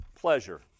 pleasure